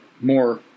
more –